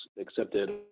accepted